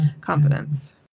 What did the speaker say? confidence